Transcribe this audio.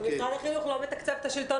משרד החינוך לא מתקצב את השלטון